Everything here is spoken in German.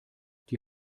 die